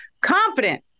confident